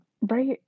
Right